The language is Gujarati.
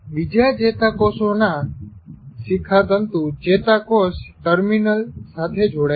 બીજા ચેતાકોષોના શિખાતંતુ ચેતાકોષ ટર્મિનલ સાથે જોડાઈ છે